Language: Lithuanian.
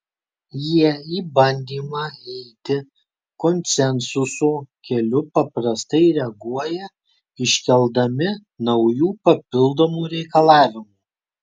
jie į bandymą eiti konsensuso keliu paprastai reaguoja iškeldami naujų papildomų reikalavimų